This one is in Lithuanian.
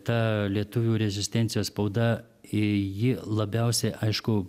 ta lietuvių rezistencijos spauda ji labiausiai aišku